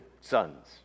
sons